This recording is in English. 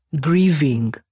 grieving